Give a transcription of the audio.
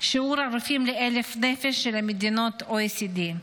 שיעור הרופאים ל-1,000 נפש של מדינות ה-OECD.